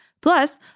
Plus